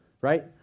Right